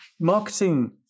marketing